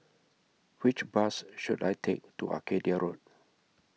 Which Bus should I Take to Arcadia Road